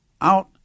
out